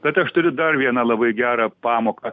tad aš turiu dar vieną labai gerą pamoką